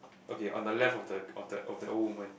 okay on the left of the of the of the old woman